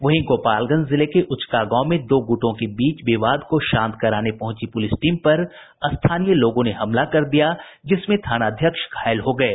वहीं गोपालगंज जिले के उचकागांव में दो गुटों के बीच विवाद को शांत कराने पहुंची पुलिस टीम पर स्थानीय लोगों ने हमला कर दिया जिसमें थानाध्यक्ष घायल हो गये